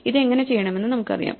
ഇത് എങ്ങനെ ചെയ്യണമെന്ന് നമുക്കറിയാം